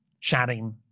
chatting